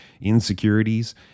insecurities